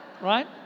right